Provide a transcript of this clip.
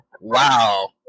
wow